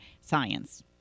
science